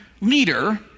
leader